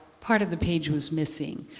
part of the page was missing.